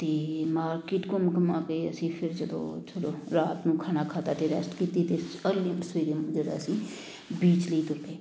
ਅਤੇ ਮਾਰਕੀਟ ਘੁੰਮ ਘੁੰਮਾ ਕੇ ਅਸੀਂ ਫਿਰ ਜਦੋਂ ਚਲੋ ਰਾਤ ਨੂੰ ਖਾਣਾ ਖਾਧਾ ਅਤੇ ਰੈਸਟ ਕੀਤੀ ਤਾਂ ਅਰਲੀ ਸਵੇਰੇ ਜਦੋਂ ਅਸੀਂ ਬੀਚ ਲਈ ਤੁਰ ਪਏ